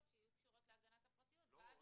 שיהיו קשורות להגנת הפרטיות ואז --- לא,